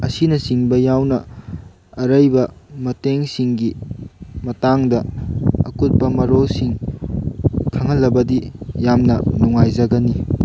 ꯑꯁꯤꯅ ꯆꯤꯡꯕ ꯌꯥꯎꯅ ꯑꯔꯩꯕ ꯃꯇꯦꯡꯁꯤꯡꯒꯤ ꯃꯇꯥꯡꯗ ꯑꯀꯨꯞꯄ ꯃꯔꯣꯜꯁꯤꯡ ꯈꯪꯍꯜꯂꯕꯗꯤ ꯌꯥꯝꯅ ꯅꯨꯡꯉꯥꯏꯖꯒꯅꯤ